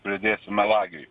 pridėsiu melagiui